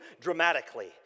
dramatically